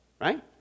right